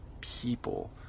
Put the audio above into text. people